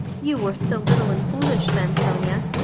you were still little and foolish then, sonia.